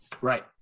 Right